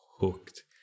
hooked